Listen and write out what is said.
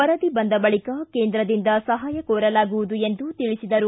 ವರದಿ ಬಂದ ಬಳಿಕ ಕೇಂದ್ರದಿಂದ ಸಹಾಯ ಕೊರಲಾಗುವುದು ಎಂದು ತಿಳಿಸಿದರು